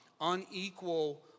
unequal